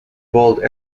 bold